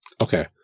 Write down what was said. Okay